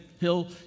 Hill